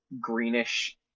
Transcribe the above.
greenish